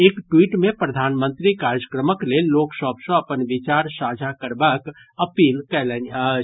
एक ट्वीट मे प्रधानमंत्री कार्यक्रमक लेल लोक सभ सॅ अपन विचार साझा करबाक अपील कयलनि अछि